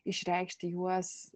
išreikšti juos